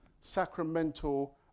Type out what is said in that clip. sacramental